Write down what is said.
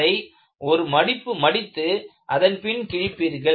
அதை ஒரு மடிப்பு மடித்து அதன் பின் கிழிப்பீர்கள்